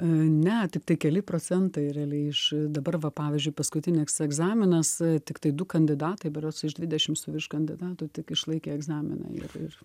ne tiktai keli procentai realiai iš dabar va pavyzdžiui paskutinis egzaminas tiktai du kandidatai berods iš dvidešimt su virš kandidatų tik išlaikė egzaminą ir ir